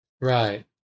Right